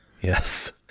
yes